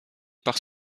par